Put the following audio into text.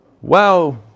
Wow